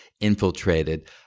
infiltrated